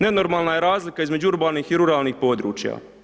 Nenormalna je razlika između urbanih i ruralnih području.